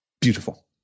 beautiful